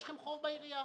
יש לכם חוב בעירייה.